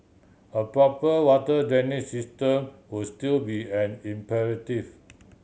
a proper water drainage system would still be an imperative